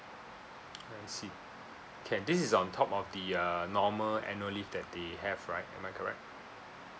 I see can this is on top of the uh normal annual leave that they have right am I correct